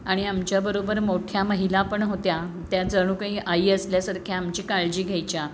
आणि आमच्याबरोबर मोठ्या महिला पण होत्या त्या जणू काही आई असल्यासारख्या आमची काळजी घ्यायच्या